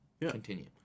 Continue